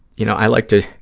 you know, i like to,